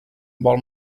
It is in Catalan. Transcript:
vol